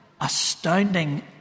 Astounding